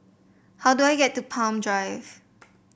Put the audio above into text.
how do I get to Palm Drive